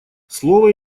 слово